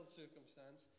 circumstance